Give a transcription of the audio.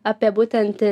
apie būtent